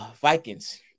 Vikings